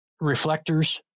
Reflectors